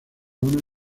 una